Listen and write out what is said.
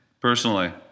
personally